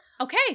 Okay